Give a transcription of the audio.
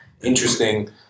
interesting